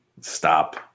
Stop